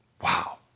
Wow